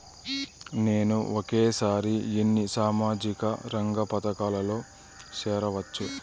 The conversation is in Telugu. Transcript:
నేను ఒకేసారి ఎన్ని సామాజిక రంగ పథకాలలో సేరవచ్చు?